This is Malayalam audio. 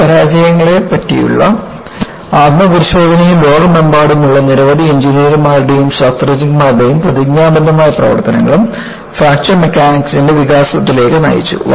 ഈ പരാജയങ്ങളെക്കുറിച്ചുള്ള ആത്മപരിശോധനയും ലോകമെമ്പാടുമുള്ള നിരവധി എഞ്ചിനീയർമാരുടെയും ശാസ്ത്രജ്ഞരുടെയും പ്രതിജ്ഞാബദ്ധമായ പ്രവർത്തനങ്ങളും ഫ്രാക്ചർ മെക്കാനിക്സിന്റെ വികാസത്തിലേക്ക് നയിച്ചു